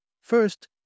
First